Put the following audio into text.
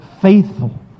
faithful